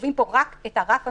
קובעים פה רק את הרף המרבי.